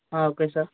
okay sir